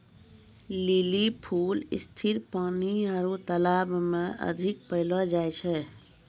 lily फूल स्थिर पानी आरु तालाब मे अधिक पैलो जाय छै